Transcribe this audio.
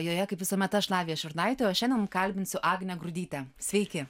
joje kaip visuomet aš lavija šurnaitė o šiandien kalbinsiu agnę grudytę sveiki